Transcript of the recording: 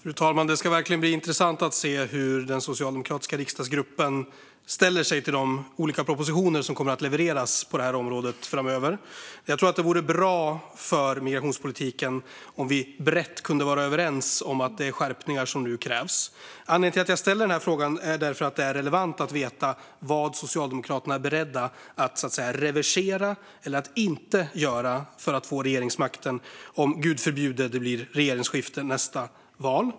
Fru talman! Det ska verkligen bli intressant att se hur den socialdemokratiska riksdagsgruppen ställer sig till de olika propositioner som kommer att levereras på detta område framöver. Jag tror att det vore bra för migrationspolitiken om vi brett kunde vara överens om att det är skärpningar som nu krävs. Anledningen till att jag ställer denna fråga är att det är relevant att få veta vad Socialdemokraterna är beredda att så att säga reversera eller att inte göra för att få regeringsmakten om, gud förbjude, det blir regeringsskifte efter nästa val.